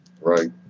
Right